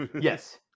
yes